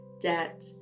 debt